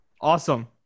awesome